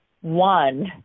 one